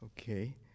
Okay